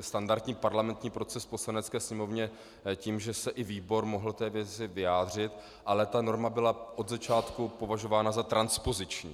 standardní parlamentní proces v Poslanecké sněmovně tím, že se i výbor mohl k té věci vyjádřit, ale ta norma byla od začátku považována za transpoziční.